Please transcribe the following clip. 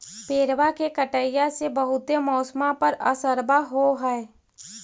पेड़बा के कटईया से से बहुते मौसमा पर असरबा हो है?